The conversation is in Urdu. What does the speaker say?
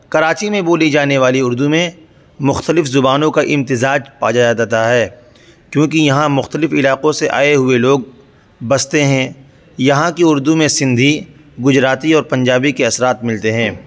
کر کراچی میں بولی جانے والی اردو میں مختلف زبانوں کا امتزاج پایا جاتا ہے کیوں کہ یہاں مختلف علاقوں سے آئے ہوئے لوگ بستے ہیں یہاں کی اردو میں سندھی گجراتی اور پنجابی کے اثرات ملتے ہیں